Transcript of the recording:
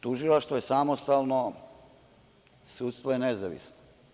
Tužilaštvo je samostalno, sudstvo je nezavisno.